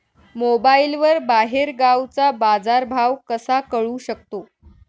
मोबाईलवर बाहेरगावचा बाजारभाव कसा कळू शकतो?